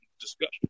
discussion